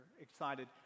excited